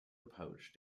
approach